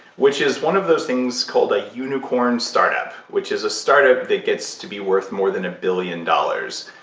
which is one of those things called a unicorn startup, which is a startup that gets to be worth more than a billion dollars.